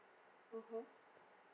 mmhmm